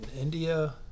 India